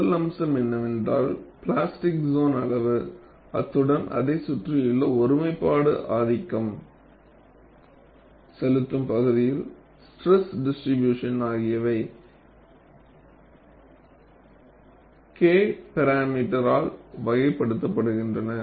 முதல் அம்சம் என்னவென்றால் பிளாஸ்டிக் சோன் அளவு அத்துடன் அதைச் சுற்றியுள்ள ஒருமைப்பாடு ஆதிக்கம் செலுத்தும் பகுதியில் ஸ்ட்ரெஸ் டிஸ்ட்ரிபியூஷன் ஆகியவை K பேராமீட்டர் ஆல் வகைப்படுத்தப்படுகின்றன